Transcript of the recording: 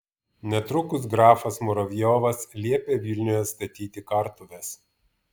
netrukus grafas muravjovas liepė vilniuje statyti kartuves